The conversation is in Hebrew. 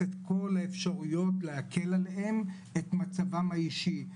את כל האפשרויות להקל עליהם במצבם האישי.